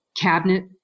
cabinet